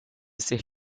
ser